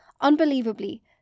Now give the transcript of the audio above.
Unbelievably